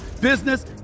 business